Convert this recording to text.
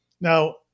Now